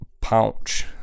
pouch